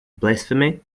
blasphemy